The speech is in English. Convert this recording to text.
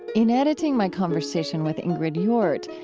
in editing my conversation with ingrid jordt,